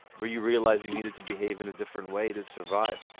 where you realized you needed to behave in a different way to survive?